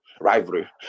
Rivalry